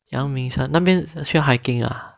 阳明山那边需要 hiking ah 太屌了那边可以看越剧